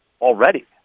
already